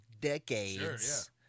decades